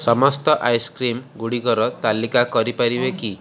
ସମସ୍ତ ଆଇସ୍କ୍ରିମ୍ଗୁଡ଼ିକର ତାଲିକା କରିପାରିବେ କି